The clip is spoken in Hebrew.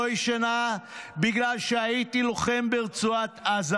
ישנה בגלל שאני הייתי לוחם ברצועת עזה,